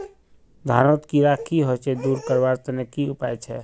धानोत कीड़ा की होचे दूर करवार तने की उपाय छे?